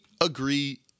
agree